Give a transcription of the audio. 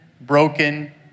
broken